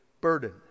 burden